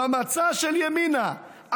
במצע של ימינה,